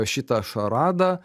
šitą šaradą